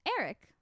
Eric